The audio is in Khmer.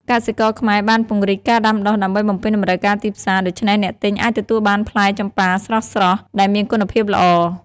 កសិករខ្មែរបានពង្រីកការដាំដុះដើម្បីបំពេញតម្រូវការទីផ្សារ ដូច្នេះអ្នកទិញអាចទទួលបានផ្លែចម្ប៉ាស្រស់ៗដែលមានគុណភាពល្អ។